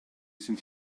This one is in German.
sind